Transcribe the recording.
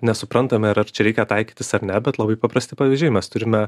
nesuprantame ar ar čia reikia taikytis ar ne bet labai paprasti pavyzdžiai mes turime